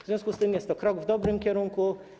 W związku z tym jest to krok w dobrym kierunku.